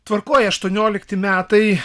tvarkoj aštuoniolikti metai